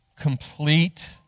complete